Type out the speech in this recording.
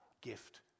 gift